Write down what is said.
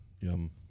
yum